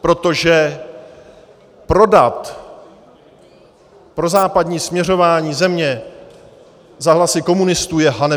Protože prodat prozápadní směřování země za hlasy komunistů je hanebnost!